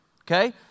Okay